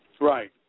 Right